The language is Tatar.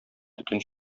төтен